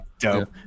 dope